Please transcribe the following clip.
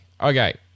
Okay